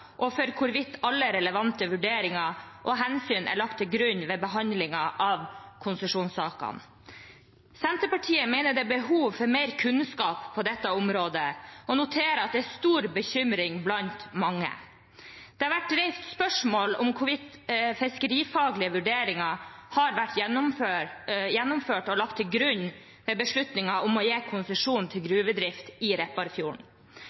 og for hvorvidt alle relevante vurderinger og hensyn er lagt til grunn ved behandlingen av konsesjonssakene. Senterpartiet mener det er behov for mer kunnskap på dette området, og noterer stor bekymring blant mange. Det har vært reist spørsmål om hvorvidt fiskerifaglige vurderinger har vært gjennomført og lagt til grunn ved beslutningen om å gi konsesjon til gruvedrift i Repparfjorden.